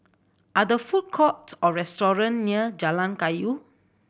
are the food courts or restaurant near Jalan Kayu